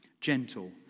gentle